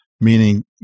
meaning